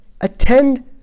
attend